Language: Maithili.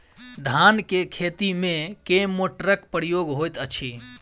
धान केँ खेती मे केँ मोटरक प्रयोग होइत अछि?